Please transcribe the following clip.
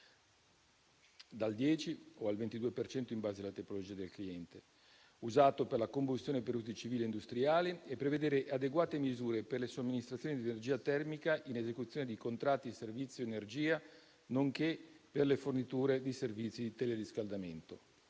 al 22 per cento in base alla tipologia del cliente) usato per la combustione per uso civile e industriale e prevedere adeguate misure per la somministrazione di energia termica in esecuzione di contratti di servizio di energia, nonché per le forniture di servizi di teleriscaldamento.